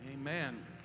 Amen